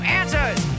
answers